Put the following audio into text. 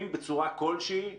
ביקשו מהם המון נתונים,